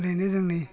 ओरैनो जोंनि